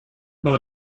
boat